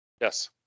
Yes